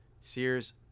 Sears